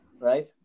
right